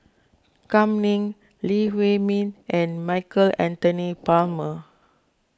Kam Ning Lee Huei Min and Michael Anthony Palmer